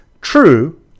true